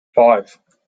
five